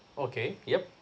okay yup